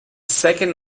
second